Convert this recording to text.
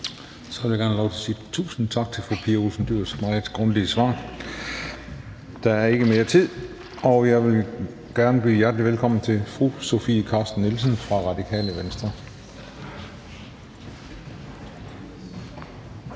Så vil jeg gerne have lov til at sige tusind tak for fru Pia Olsen Dyhrs meget grundige svar. Der er ikke mere tid. Jeg vil gerne byde hjertelig velkommen til fru Sofie Carsten Nielsen fra Radikale Venstre. Kl.